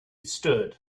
stood